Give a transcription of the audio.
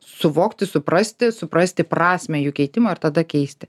suvokti suprasti suprasti prasmę jų keitimo ir tada keisti